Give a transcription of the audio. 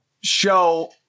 show